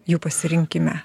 jų pasirinkime